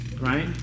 right